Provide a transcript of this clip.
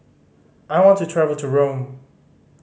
I want to travel to Rome